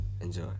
enjoy